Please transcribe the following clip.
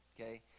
okay